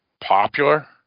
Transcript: popular